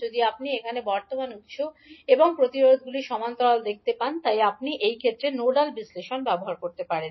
যদি আপনি এখানে বর্তমান উত্স এবং প্রতিরোধগুলি সমান্তরাল দেখতে পান তাই আপনি এই ক্ষেত্রে নোডাল বিশ্লেষণ ব্যবহার করতে পারেন